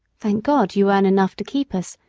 thank god, you earn enough to keep us,